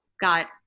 got